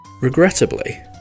Regrettably